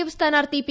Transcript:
F സ്ഥാനാർത്ഥി P